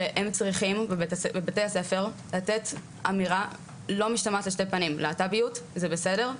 שהם צריכים בבתי הספר לתת אמירה לא משתמעת לשתי פנים: להט"ביות זה בסדר,